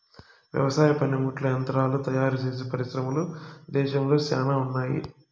వ్యవసాయ పనిముట్లు యంత్రాలు తయారుచేసే పరిశ్రమలు దేశంలో శ్యానా ఉన్నాయి